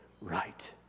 right